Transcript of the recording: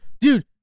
Dude